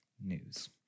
news